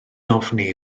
ofni